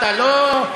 אתה לא,